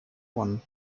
one